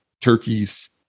turkeys